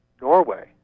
Norway